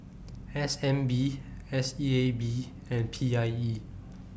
S N B S E A B and P I E